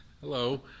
Hello